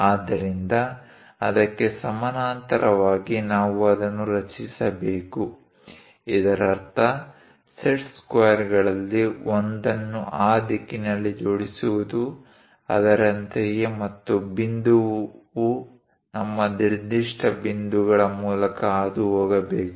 ಆದ್ದರಿಂದ ಅದಕ್ಕೆ ಸಮಾನಾಂತರವಾಗಿ ನಾವು ಅದನ್ನು ರಚಿಸಬೇಕು ಇದರರ್ಥ ಸೆಟ್ ಸ್ಕ್ವೇರ್ಗಳಲ್ಲಿ ಒಂದನ್ನು ಆ ದಿಕ್ಕಿನಲ್ಲಿ ಜೋಡಿಸುವುದು ಅದರಂತೆಯೇ ಮತ್ತು ಬಿಂದುವು ನಮ್ಮ ನಿರ್ದಿಷ್ಟ ಬಿಂದುಗಳ ಮೂಲಕ ಹಾದುಹೋಗಬೇಕು